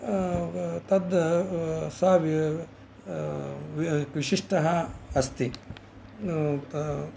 तत् स विशिष्टः अस्ति